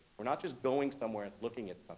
we're not just going somewhere and looking at